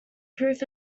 proof